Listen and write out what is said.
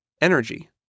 energy